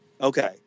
Okay